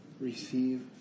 receive